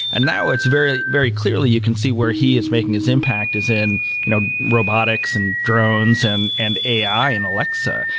and now, very very clearly, you can see where he is making his impact, is in you know robotics, and drones, and and ai in alexa.